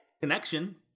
Connection